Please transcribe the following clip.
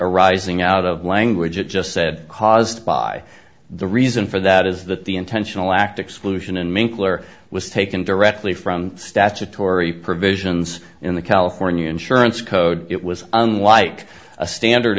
arising out of language it just said caused by the reason for that is that the intentional act exclusion and mink were was taken directly from statutory provisions in the california insurance code it was unlike a standard